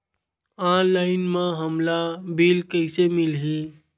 Online म हमला bill कइसे मिलही?